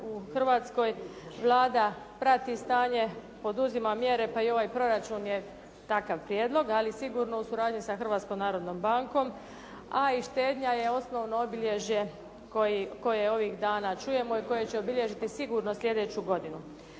u Hrvatskoj Vlada prati stanje, poduzima mjere, pa i ovaj proračune je takav prijedlog, ali sigurno u suradnji sa Hrvatskom narodnom bankom, a i štednja je osnovno obilježje koje ovih dana čujemo i koje će obilježiti sigurno slijedeću godinu.